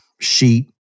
sheet